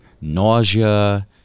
nausea